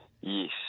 Yes